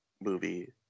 movie